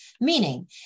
Meaning